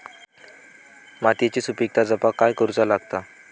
मातीयेची सुपीकता जपाक काय करूचा लागता?